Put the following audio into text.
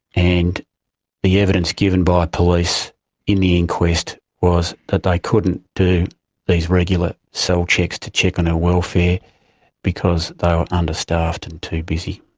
and the evidence given by police in the inquest was that they couldn't do these regular cell checks to check on her welfare because they were understaffed and too busy.